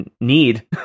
need